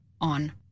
on